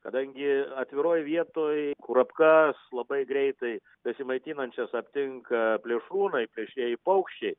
kadangi atviroj vietoj kurapkas labai greitai besimaitinančias aptinka plėšrūnai plėšrieji paukščiai